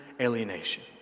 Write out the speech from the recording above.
alienation